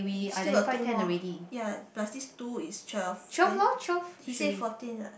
you still got two more ya plus these two is twelve then he said fourteen what